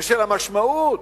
ושל המשמעות,